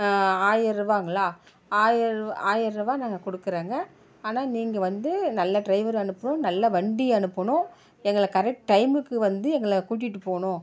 ஆயருவாங்களா ஆயர ஆயரருவா நாங்கள் கொடுக்கறங்க ஆனால் நீங்கள் வந்து நல்ல ட்ரைவர் அனுப்பணும் நல்ல வண்டி அனுப்பணும் எங்களை கரெக்ட் டைமுக்கு வந்து எங்களை கூட்டிகிட்டு போகணும்